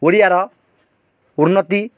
ଓଡ଼ିଆର ଉନ୍ନତି